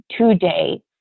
today